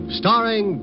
starring